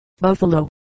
Buffalo